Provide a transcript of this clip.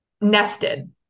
nested